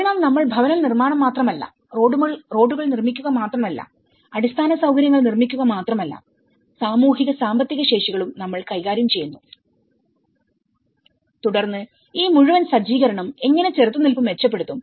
അതിനാൽ നമ്മൾ ഭവന നിർമ്മാണം മാത്രമല്ല റോഡുകൾ നിർമ്മിക്കുക മാത്രമല്ല അടിസ്ഥാന സൌകര്യങ്ങൾ നിർമ്മിക്കുക മാത്രമല്ല സാമൂഹിക സാമ്പത്തിക ശേഷികളും നമ്മൾ കൈകാര്യം ചെയ്യുന്നു തുടർന്ന് ഈ മുഴുവൻ സജ്ജീകരണം എങ്ങനെ ചെറുത്തു നിൽപ്പ് മെച്ചപ്പെടുത്തും